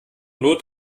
not